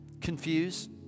confuse